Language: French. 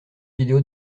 vidéo